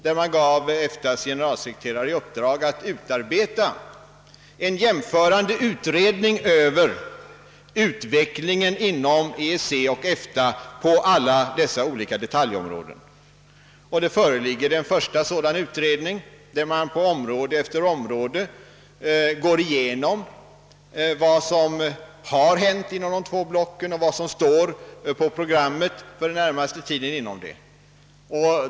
Den gav EFTA:s generalsekreterare i uppdrag att utarbeta en jämförande utredning rörande utvecklingen inom EEC och EFTA på alla dessa olika detaljområden. Nu föreligger en första sådan utredning, i vilken man på område efter område går igenom vad som har hänt inom de två blocken och vad som står på programmet för den närmaste tiden.